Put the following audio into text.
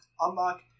unlock